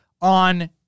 on